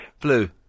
Blue